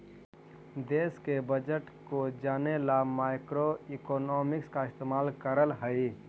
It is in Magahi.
देश के बजट को जने ला मैक्रोइकॉनॉमिक्स का इस्तेमाल करल हई